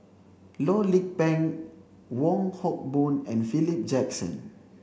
Loh Lik Peng Wong Hock Boon and Philip Jackson